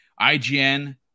IGN